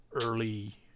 early